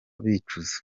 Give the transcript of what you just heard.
bicuza